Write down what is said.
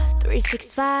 365